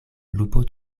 lupo